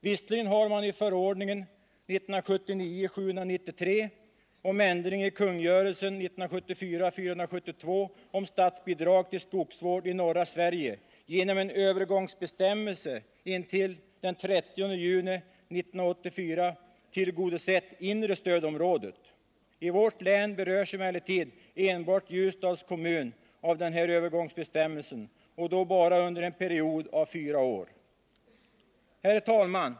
Visserligen har man i förordningen 1979:793 om ändring i kungörelsen 1974:472 om statsbidrag till skogsvård i norra Sverige genom en övergångsbestämmelse intill den 30 juni 1984 tillgodosett inre stödområdet. I vårt län berörs emellertid enbart Ljusdals kommun av den här övergångsbestämmelsen och då bara under en period av fyra år. Herr talman!